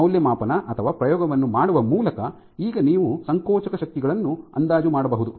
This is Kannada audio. ಈ ಮೌಲ್ಯಮಾಪನ ಅಥವಾ ಪ್ರಯೋಗವನ್ನು ಮಾಡುವ ಮೂಲಕ ಈಗ ನೀವು ಸಂಕೋಚಕ ಶಕ್ತಿಗಳನ್ನು ಅಂದಾಜು ಮಾಡಬಹುದು